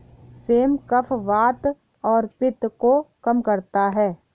same कफ, वात और पित्त को कम करता है